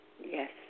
Yes